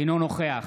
אינו נוכח